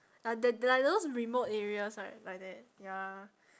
ah the like those remote areas right like that ya